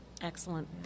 Excellent